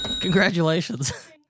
Congratulations